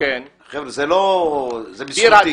זה בזכותי.